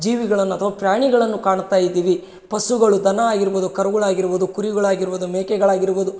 ಜೀವಿಗಳನ್ನ ಅಥವಾ ಪ್ರಾಣಿಗಳನ್ನು ಕಾಣ್ತಾ ಇದ್ದೀವಿ ಪಶುಗಳು ದನ ಆಗಿರ್ಬೋದು ಕರುಗಳಾಗಿರ್ಬೋದು ಕುರಿಗಳಾಗಿರ್ಬೋದು ಮೇಕೆಗಳಾಗಿರ್ಬೋದು